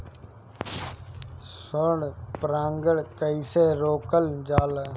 स्व परागण कइसे रोकल जाला?